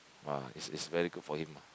!wah! this is very good for him lah